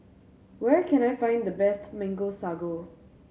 where can I find the best Mango Sago